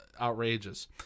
outrageous